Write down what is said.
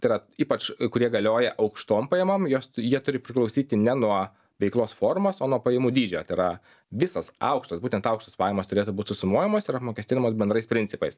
tai yra ypač kurie galioja aukštom pajamom jos jie turi priklausyti ne nuo veiklos formos o nuo pajamų dydžio t ra visos aukštos būtent aukštos pajamos turėtų būt susumuojamos ir apmokestinamos bendrais principais